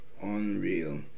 Unreal